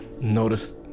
notice